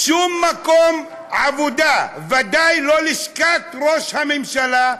"שום מקום עבודה, ודאי לא לשכת ראש הממשלה,